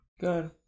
Good